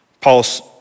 Paul's